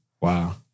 Wow